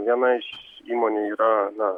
viena iš įmonių yra na